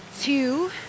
Two